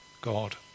God